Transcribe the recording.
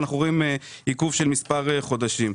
אנחנו רואים עיכוב של מספר חודשים.